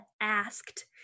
asked